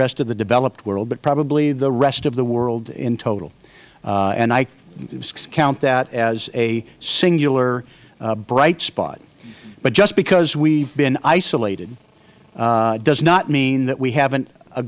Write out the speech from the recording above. rest of the developed world but probably the rest of the world in total and i count that as a singular bright spot but just because we have been isolated does not mean that we have